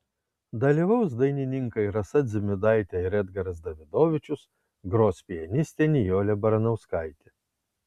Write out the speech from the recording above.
dalyvaus dainininkai rasa dzimidaitė ir edgaras davidovičius gros pianistė nijolė baranauskaitė